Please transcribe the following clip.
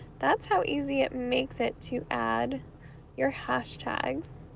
that's how easy it makes it to add your hashtags